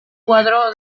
cuadro